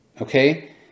Okay